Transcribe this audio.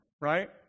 right